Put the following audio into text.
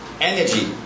energy